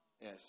Yes